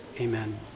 Amen